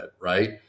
Right